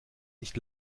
nicht